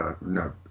no